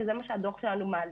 שזה מה שהדוח שלנו מעלה.